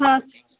আচ্ছা